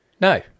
No